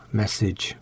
message